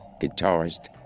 guitarist